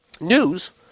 News